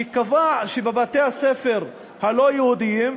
שקבע שבבתי-הספר הלא-יהודיים,